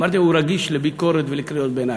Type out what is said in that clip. אמרתי: הוא רגיש לביקורת ולקריאות ביניים.